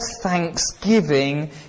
thanksgiving